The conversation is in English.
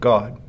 God